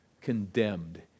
condemned